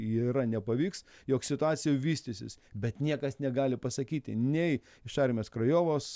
yra nepavyks jog situacija vystysis bet niekas negali pasakyti nei iš armijos krajovos